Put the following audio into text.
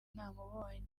namubonye